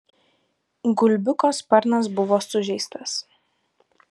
gulbiuko sparnas buvo sužeistas